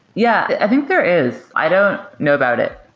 yeah, i think there is. i don't know about it.